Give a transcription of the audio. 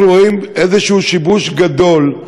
אנחנו רואים שיבוש גדול,